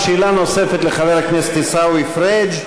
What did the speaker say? שאלה נוספת לחבר הכנסת עיסאווי פריג'.